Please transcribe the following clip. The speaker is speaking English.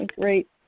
Great